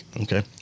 Okay